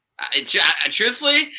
truthfully